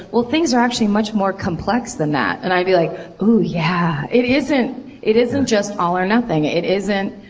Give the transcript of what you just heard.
well things are actually much more complex than that. and i would be like, ooooh, yeah. it isn't it isn't just all or nothing. it isn't,